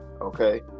okay